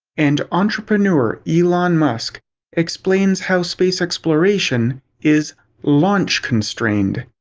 and entrepreneur elon musk explains how space exploration is launch constrained.